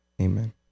amen